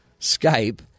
Skype